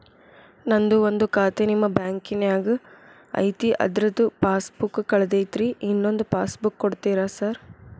ನಂದು ಒಂದು ಖಾತೆ ನಿಮ್ಮ ಬ್ಯಾಂಕಿನಾಗ್ ಐತಿ ಅದ್ರದು ಪಾಸ್ ಬುಕ್ ಕಳೆದೈತ್ರಿ ಇನ್ನೊಂದ್ ಪಾಸ್ ಬುಕ್ ಕೂಡ್ತೇರಾ ಸರ್?